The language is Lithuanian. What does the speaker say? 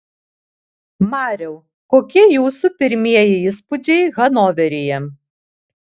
mariau kokie jūsų pirmieji įspūdžiai hanoveryje